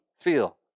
feel